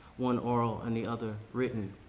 one oral and the other written.